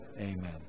Amen